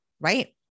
right